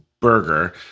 burger